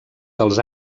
dels